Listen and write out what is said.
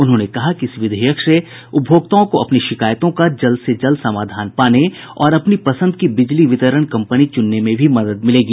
उन्होंने कहा कि इस विधेयक से उपभोक्ताओं को अपनी शिकायतों का जल्द से जल्द समाधान पाने और अपनी पसंद की बिजली वितरण कम्पनी चुनने में भी मदद मिलेगी